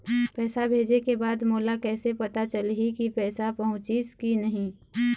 पैसा भेजे के बाद मोला कैसे पता चलही की पैसा पहुंचिस कि नहीं?